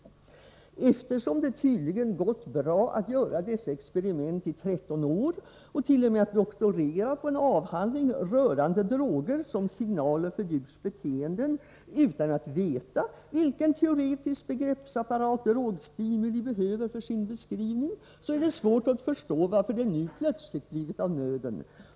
Eftersom det tydligen gått bra att göra dessa experiment i 13 år, och t.o.m. att doktorera på en avhandling rörande droger som signaler för djurs beteenden utan veta vilken ”teoretisk begreppsapparat drogstimuli behöver för sin beskrivning”, är det svårt att förstå varför det nu plötsligt blivit av nöden.